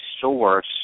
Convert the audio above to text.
source